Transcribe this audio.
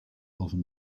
often